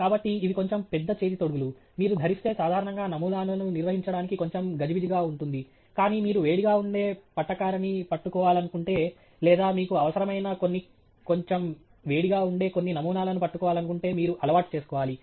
కాబట్టి ఇవి కొంచెం పెద్ద చేతి తొడుగులు మీరు ధరిస్తే సాధారణంగా నమూనాలను నిర్వహించడానికి కొంచెం గజిబిజిగా ఉంటుంది కానీ మీరు వేడిగా ఉండే పట్టకారని పట్టుకోవాలనుకుంటే లేదా మీకు అవసరమైన కొన్ని కొంచెం వేడిగా ఉండే కొన్ని నమూనాలను పట్టుకోవాలనుకుంటే మీరు అలవాటు చేసుకోవాలి